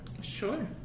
Sure